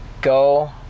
go